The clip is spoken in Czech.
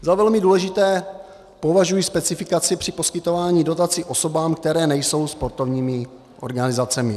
Za velmi důležitou považuji specifikaci při poskytování dotací osobám, které nejsou sportovními organizacemi.